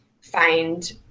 find